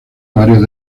varios